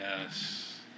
Yes